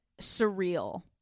surreal